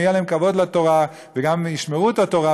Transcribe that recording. יהיה להם כבוד לתורה והם גם ישמרו את התורה,